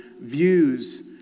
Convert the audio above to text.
views